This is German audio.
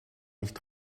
nicht